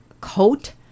coat